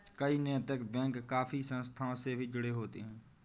कई नैतिक बैंक काफी संस्थाओं से भी जुड़े होते हैं